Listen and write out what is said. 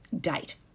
date